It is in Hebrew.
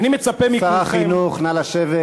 אני מצפה מכולכם, שר החינוך, נא לשבת.